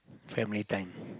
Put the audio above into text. family time